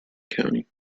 county